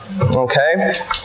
Okay